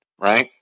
Right